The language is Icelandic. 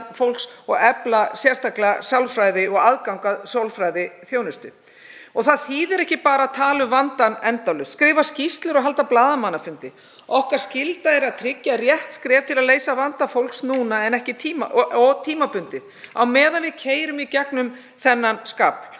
fólks og efla sérstaklega aðgang að sálfræðiþjónustu. Það þýðir ekki að tala bara um vandann endalaust, skrifa skýrslur og halda blaðamannafundi. Skylda okkar er að tryggja rétt skref til að leysa vanda fólks núna og tímabundið á meðan við keyrum í gegnum þennan skafl.